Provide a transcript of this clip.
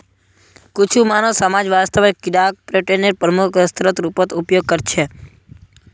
कुछु मानव समाज वास्तवत कीडाक प्रोटीनेर प्रमुख स्रोतेर रूपत उपयोग करछे